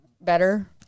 Better